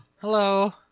hello